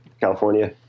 California